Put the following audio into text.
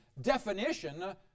definition